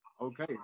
Okay